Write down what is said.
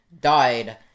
died